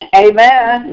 amen